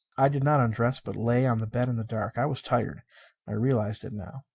i did not undress, but lay on the bed in the dark. i was tired i realized it now.